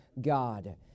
God